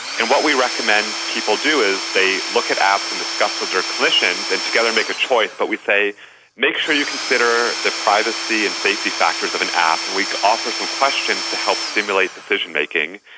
and what we recommend people do is they look at apps and discuss with their clinicians and together make a choice, but we say make sure you consider the privacy and safety factors of an app, and we offer some questions to help stimulate decision-making.